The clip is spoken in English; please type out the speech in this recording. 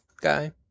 guy